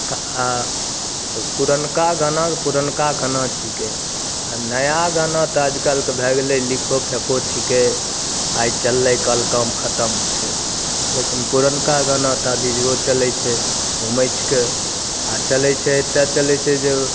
का आ तऽ पुरनका गाना पुरनका गाना छिकै आ नया गाना तऽ आइकाल्हिके भए गेलै लिखो फेको छिकै आइ चललै काल्हि काम खत्म छै लेकिन पुरनका गाना तऽ अभी जुगो चलै छै हुमैचके आ चलै छै एतेक चलै छै जे